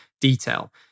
detail